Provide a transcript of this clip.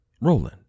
Roland